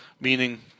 Meaning